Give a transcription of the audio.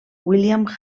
william